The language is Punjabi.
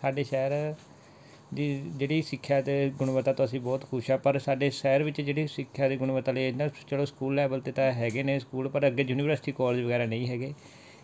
ਸਾਡੇ ਸ਼ਹਿਰ ਦੀ ਜਿਹੜੀ ਸਿੱਖਿਆ ਅਤੇ ਗੁਣਵੱਤਾ ਤੋਂ ਅਸੀਂ ਬਹੁਤ ਖੁਸ਼ ਹਾਂ ਪਰ ਸਾਡੇ ਸ਼ਹਿਰ ਵਿੱਚ ਜਿਹੜੀ ਸਿੱਖਿਆ ਦੇ ਗੁਣਵੱਤਾ ਲਈ ਇਹਨਾਂ ਚਲੋ ਸਕੂਲ ਲੈਵਲ 'ਤੇ ਤਾਂ ਹੈਗੇ ਨੇ ਸਕੂਲ ਪਰ ਅੱਗੇ ਯੂਨੀਵਰਸਿਟੀ ਕੋਲਜ ਵਗੈਰਾ ਨਹੀਂ ਹੈਗੇ